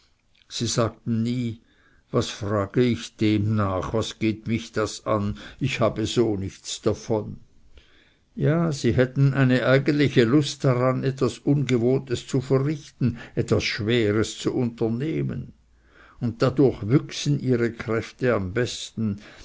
sie sagten nie was frage ich dem nach was geht mich das an ich habe so nichts davon ja sie hätten eine eigentliche lust daran etwas ungewohntes zu verrichten etwas schweres zu unternehmen dadurch wüchsen ihre kräfte am besten